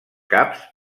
caps